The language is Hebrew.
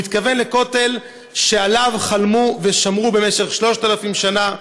הוא התכוון לכותל שעליו חלמו ושמרו במשך שלושת אלפים שנה.